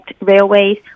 railways